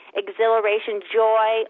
exhilaration—joy